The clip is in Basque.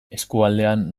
eskualdean